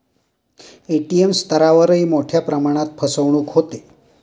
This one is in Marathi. ए.टी.एम स्तरावरही मोठ्या प्रमाणात फसवणूक होते